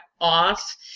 off